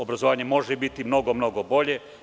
Obrazovanje može biti mnogo, mnogo bolje.